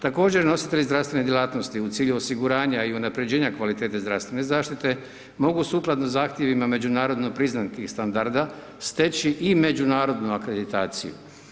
Također nositelji zdravstvene djelatnosti u cilju osiguranja i unaprjeđenja kvalitete zdravstvene zaštite, mogu sukladno zahtjevima međunarodno priznatih standarda, steći i međunarodnu akreditaciju.